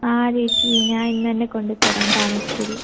ആ ചേച്ചി ഞാൻ ഇന്ന് തന്നെ കൊണ്ടുത്തരാം താമസിക്കില്ല